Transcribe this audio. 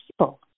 people